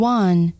one